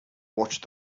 watched